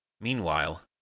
Meanwhile